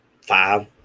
five